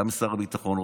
גם לשר הביטחון,